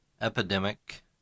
epidemic